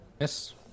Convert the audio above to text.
Yes